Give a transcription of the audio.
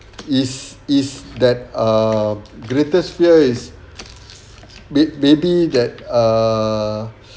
is is that uh greatest fear is may~ maybe that err